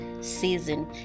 season